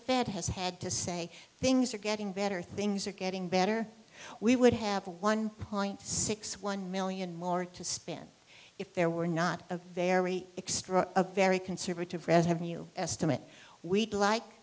fed has had to say things are getting better things are getting better we would have a one point six one million more to spin if there were not a very extra a very conservative or as have new estimate we'd like